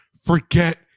forget